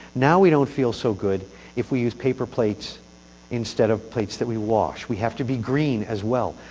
now we don't feel so good if we use paper plates instead of plates that we wash. we have to be green as well.